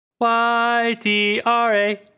Y-D-R-A